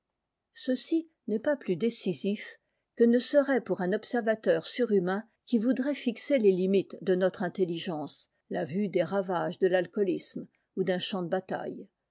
ceci n'est pas plus décisif que ne serait pour un observateur surhumain qui voudrait fixer les limites de notre intelligence la vuedes ravages de l'alcoolisme ou d'un champ de bataille